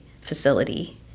facility